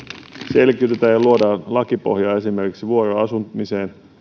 selkiytetään ja luodaan lakipohjaa esimerkiksi vuoroasumiseen